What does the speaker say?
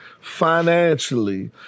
financially